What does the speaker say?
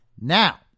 Now